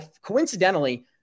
coincidentally